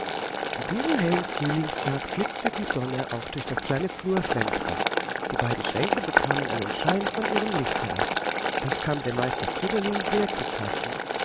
an diesem hellen frühlingstag flitzte die sonne auch durch das kleine flurfenster die beiden schränke bekamen einen schein von ihrem lichte ab das kam dem meister friedolin sehr zu passen